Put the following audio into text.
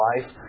life